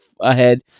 ahead